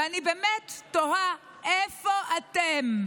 ואני באמת תוהה, איפה אתם?